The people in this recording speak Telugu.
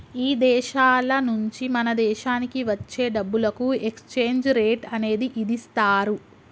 ఇదేశాల నుంచి మన దేశానికి వచ్చే డబ్బులకు ఎక్స్చేంజ్ రేట్ అనేది ఇదిస్తారు